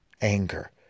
anger